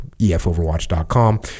EFOverwatch.com